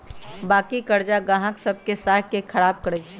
बाँकी करजा गाहक सभ के साख को खराब करइ छै